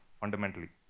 fundamentally